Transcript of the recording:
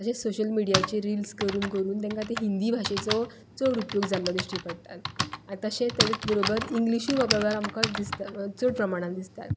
तशेंच सोशल मिडीयाचेर रिल्स करून करून तांकां ते हिंदी भाशेचो चड उपयोग जाल्लो दिश्टी पडटा आनी तशेंच ताजे बरोबर इंग्लिशूय हो प्रभाव आमकां चड प्रमाणांत दिसता